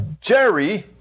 Jerry